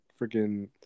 Freaking